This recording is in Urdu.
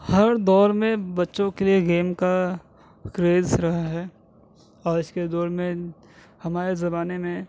ہر دور میں بچوں کے لیے گیم کا کریز رہا ہے اور اس کے دور میں ہمارے زمانے میں